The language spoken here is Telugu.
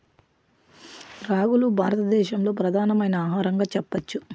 రాగులు భారత దేశంలో ప్రధానమైన ఆహారంగా చెప్పచ్చు